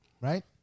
Right